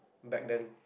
back then